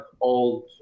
old